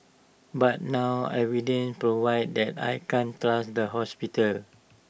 but now evidence provide that I can't trust the hospital